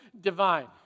divine